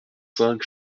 cinq